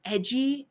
Edgy